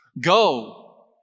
Go